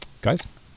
Guys